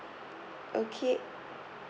okay